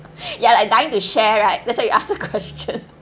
ya like dying to share right that's why you ask the question